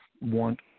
want